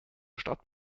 stadt